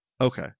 Okay